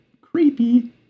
creepy